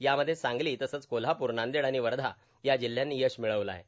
यामध्ये सांगली तसंच कोल्हाप्र नांदेड आणि वर्धा या जिल्ह्यांनी यश मिळविले आहे